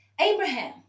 Abraham